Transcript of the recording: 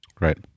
Right